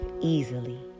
easily